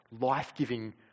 life-giving